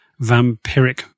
vampiric